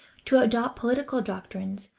to adopt political doctrines,